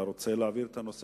אתה רוצה להעביר את הנושא?